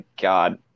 God